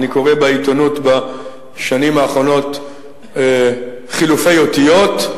אני קורא בעיתונות בשנים האחרונות חילופי אותיות,